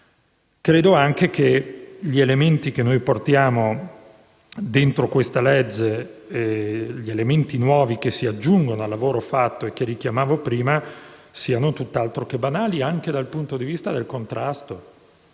Credo anche che gli elementi nuovi presenti nel provvedimento, che si aggiungono al lavoro fatto e che richiamavo prima, siano tutt'altro che banali, anche dal punto di vista del contrasto.